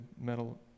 metal